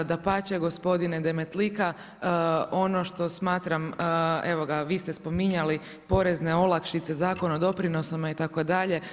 Dapače gospodine Demetlika ono što smatram, evo ga vi ste spominjali porezne olakšice, Zakon o doprinosima itd.